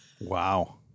Wow